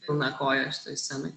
pilna kojašitoj scenoj